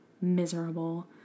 miserable